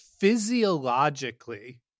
physiologically